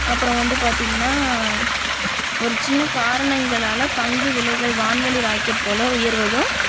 அப்புறோம் வந்து பார்த்திங்ன்னா ஒரு சின்ன காரங்கணங்களால் பங்கு விலைகள் வான்வெளி ராக்கெட் போல் உயர்வதும்